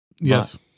Yes